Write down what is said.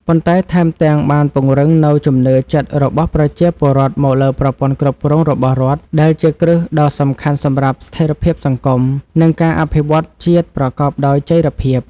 ប៉ុន្តែថែមទាំងបានពង្រឹងនូវជំនឿចិត្តរបស់ប្រជាពលរដ្ឋមកលើប្រព័ន្ធគ្រប់គ្រងរបស់រដ្ឋ ដែលជាគ្រឹះដ៏សំខាន់សម្រាប់ស្ថិរភាពសង្គម និងការអភិវឌ្ឍជាតិប្រកបដោយចីរភាព។